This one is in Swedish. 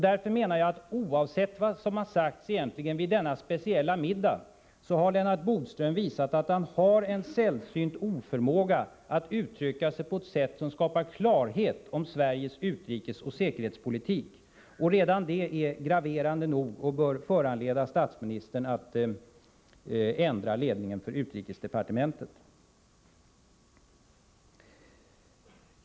Därför menar jag att oavsett vad som exakt har sagts vid denna speciella middag har Lennart Bodström visat att han har en sällsynt förmåga att uttrycka sig på ett sätt som skapar oklarhet om Sveriges utrikesoch säkerhetspolitik. Redan detta är graverande nog och bör föranleda statsministern att ändra ledningen för utrikesdepartementet.